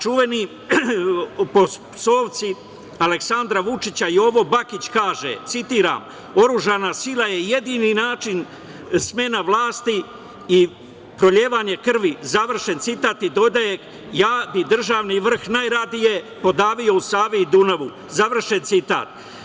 Čuveni po psovci, Aleksandra Vučića, Jovo Bakić kaže, citiram – oružana sila je jedini način smena vlasti i prolivanje krvi, završen citat i dodaje – ja bih državni vrh najradije podavio u Savi i Dunavu, završen citat.